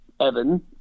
Evan